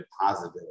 positive